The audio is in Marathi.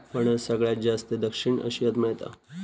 फणस सगळ्यात जास्ती दक्षिण आशियात मेळता